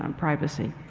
um privacy.